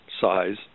size